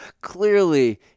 clearly